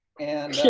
and